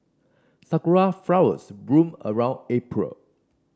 sakura flowers bloom around April